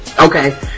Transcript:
Okay